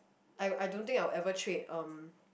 I I don't think I'll ever trade um